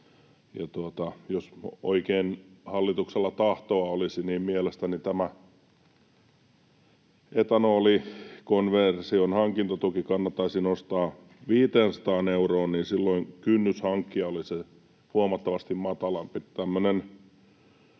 jos oikein hallituksella tahtoa olisi, niin mielestäni tämä etanolikonversion hankintatuki kannattaisi nostaa 500 euroon, jolloin kynnys hankkia olisi huomattavasti matalampi.